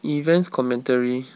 events commentary